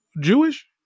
Jewish